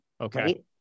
Okay